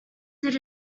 did